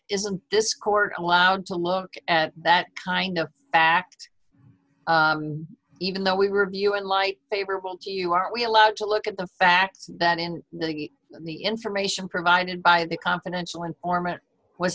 isn't this court allowed to look at that kind of fact even though we review it light favorable to you are we allowed to look at the fact that in the information provided by the confidential informant was